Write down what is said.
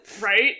Right